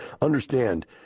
understand